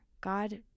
God